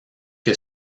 que